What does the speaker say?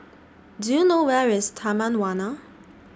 Do YOU know Where IS Taman Warna